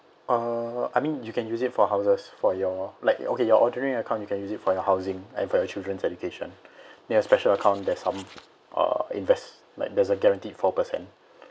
uh I mean you can use it for houses for your like okay your ordinary account you can use it for your housing and for your children's education then your special account there's some uh invest like there's a guaranteed four percent